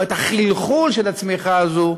או את החלחול של הצמיחה הזו,